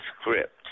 script